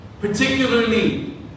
particularly